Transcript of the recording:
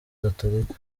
gatolika